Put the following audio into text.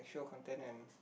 sexual content and